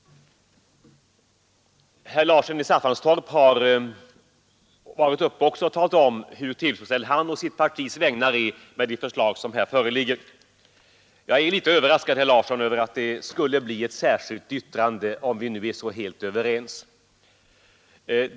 Herr Larsson i Staffanstorp har talat om hur tillfredsställd han på sitt partis vägnar är med det förslag som här föreligger. Jag är litet överraskad, herr Larsson, över att det skulle behöva bli ett särskilt yttrande till utskottets betänkande, om vi nu är så helt överens.